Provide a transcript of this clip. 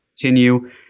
continue